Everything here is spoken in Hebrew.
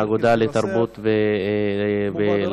האגודה לתרבות ולשפה,